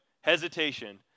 Hesitation